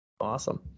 Awesome